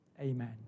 Amen